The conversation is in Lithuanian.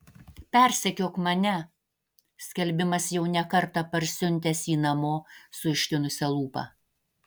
persekiok mane skelbimas jau ne kartą parsiuntęs jį namo su ištinusia lūpa